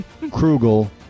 Krugel